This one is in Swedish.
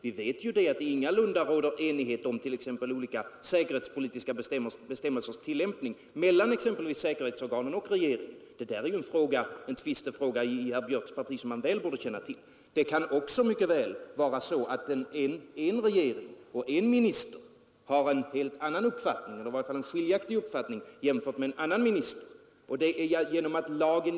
Vi vet att det ingalunda råder enighet om t.ex. olika säkerhetspolitiska bestämmelsers tillämpning mellan exempelvis säkerhetsorganen och regeringen. Det där är en tvistefråga i herr Björks parti som han väl borde känna till. Det kan också vara så att en regering och en minister har en helt annan uppfattning än en annan minister — eller i varje fall en uppfattning som är skiljaktig.